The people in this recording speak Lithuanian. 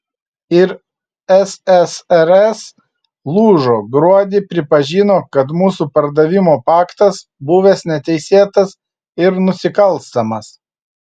ir ssrs lūžo gruodį pripažino kad mūsų pardavimo paktas buvęs neteisėtas ir nusikalstamas